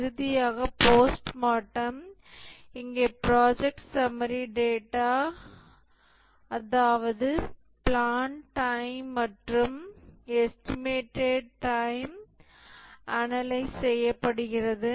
இறுதியாக போஸ்ட்மார்ட்டம் இங்கே project summary data அதாவது பிளான் டைம் மற்றும் எஸ்டிமேடட் டைம் அனலைஸ் செய்யப்படுகிறது